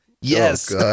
Yes